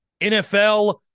NFL